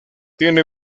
tiene